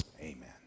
Amen